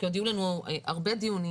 כי יהיו לנו עוד הרבה דיונים